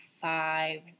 five